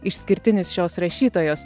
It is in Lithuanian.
išskirtinis šios rašytojos